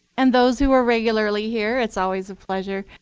and those who are regularly here it's always a pleasure.